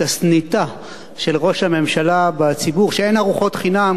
את הסניטה של ראש הממשלה בציבור שאין ארוחות חינם.